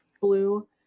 blue